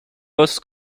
hausse